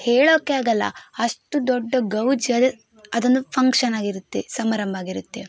ಹೇಳೊಕ್ಕೆ ಆಗಲ್ಲ ಅಷ್ಟು ದೊಡ್ಡ ಗೌಜ್ ಅದೊಂದು ಫಂಕ್ಷನಾಗಿರತ್ತೆ ಸಮಾರಂಭ ಆಗಿರುತ್ತೆ